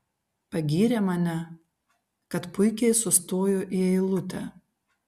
pagyrė mane kad puikiai sustoju į eilutę